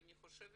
אני חושבת